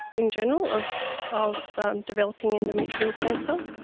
in general of of developing endometrial cancer.